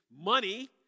money